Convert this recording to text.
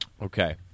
Okay